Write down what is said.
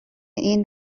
این